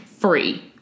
free